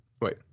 Wait